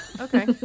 Okay